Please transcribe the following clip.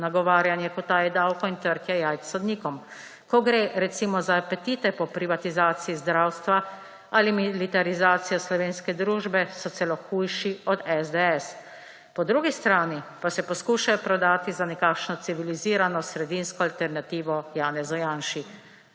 nagovarjanje k utaji davkov in trtja jajc sodnikom. Ko gre za recimo za apetite po privatizaciji zdravstva ali militarizacije slovenske družbe, so celo hujši od SDS, po drugi strani pa se poskušajo prodati za nekakšno civilizirano sredinsko alternativo Janeza Janši.